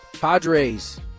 Padres